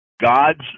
God's